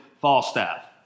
Falstaff